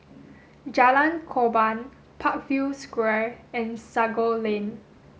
Jalan Korban Parkview Square and Sago Lane